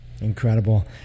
Incredible